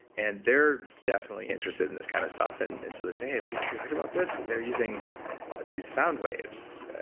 and they're definitely interested in this kind of stuff and and so they say, hey have you you heard about this? they're using these sound waves.